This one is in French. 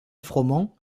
froment